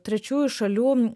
trečiųjų šalių